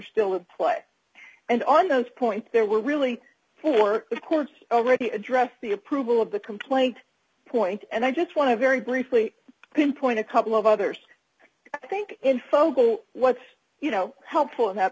still in play and on those points there were really four of course already addressed the approval of the complaint point and i just want to very briefly pinpoint a couple of others i think in fogle what's you know helpful and that